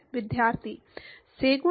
विद्यार्थी से गुणा